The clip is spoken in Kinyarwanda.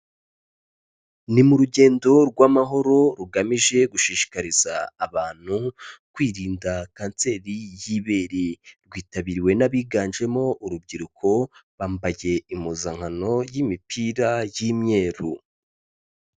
Ni mu rugendo rw'amahoro rugamije gushishikariza abantu kwirinda Kanseri y'ibere. Rwitabiriwe n'abiganjemo urubyiruko, bambaye impuzankano y'imipira y'imyeru.